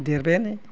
दैरबायानो